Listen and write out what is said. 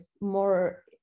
more